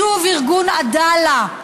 שוב ארגון עדאלה,